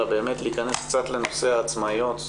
אלא להיכנס קצת לנושא העצמאיות,